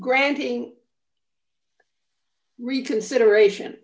granting reconsideration